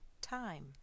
time